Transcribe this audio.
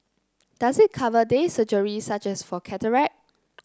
does it cover day surgery such as for cataract